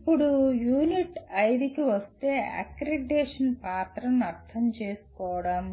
ఇప్పుడు యూనిట్ 5 కి వస్తే అక్రెడిటేషన్ పాత్రను అర్థం చేసుకోవడం